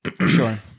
Sure